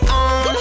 on